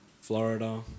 Florida